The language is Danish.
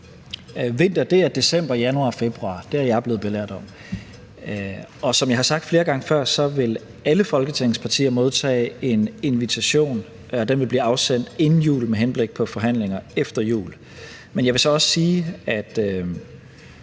Vinter er december, januar og februar, er jeg blevet belært om. Og som jeg har sagt flere gange før, vil alle Folketingets partier modtage en invitation, og den vil blive afsendt inden jul med henblik på forhandlinger efter jul. Men jeg vil så også sige, at